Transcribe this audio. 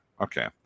Okay